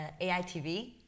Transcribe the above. AITV